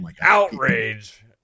outrage